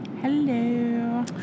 Hello